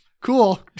Cool